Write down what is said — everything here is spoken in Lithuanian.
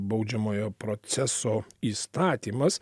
baudžiamojo proceso įstatymas